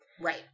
Right